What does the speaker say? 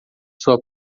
sua